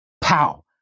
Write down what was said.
pow